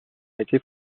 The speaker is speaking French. été